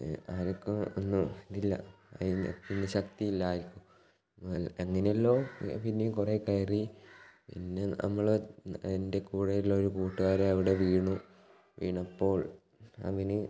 പിന്നെ ആർക്കും ഒന്നും ഇല്ല പിന്നെ ശക്തി ഇല്ല ആർക്കും എങ്ങനെയെല്ലാമോ പിന്നേയും കുറെ കയറി പിന്നെ നമ്മളുടെ എൻ്റെ കൂടെ ഉള്ളൊരു കൂട്ടുകാര് അവിടെ വീണു വീണപ്പോൾ അവനു